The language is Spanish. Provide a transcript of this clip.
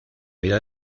vida